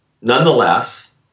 nonetheless